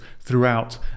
throughout